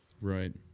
Right